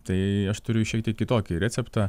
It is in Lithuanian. tai aš turiu šiek tiek kitokį receptą